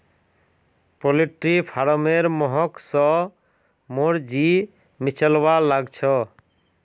poultry farmer महक स मोर जी मिचलवा लाग छ